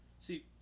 See